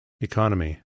Economy